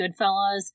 Goodfellas